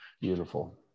beautiful